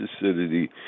acidity